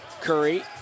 Curry